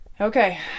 Okay